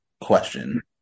question